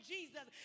Jesus